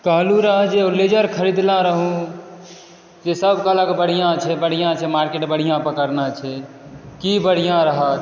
कहलहुॅं रहेय जे ओ रेजर खरीदने रहू से सब कहलक बढ़िऑं छै बढिऑं छै मार्केट बढ़िऑं पकड़ने छै कि बढ़िऑं रहल